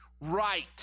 Right